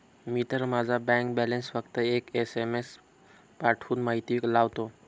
मी तर माझा bank balance फक्त एक एस.एम.एस पाठवून माहिती लावतो